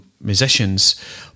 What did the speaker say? musicians